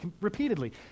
repeatedly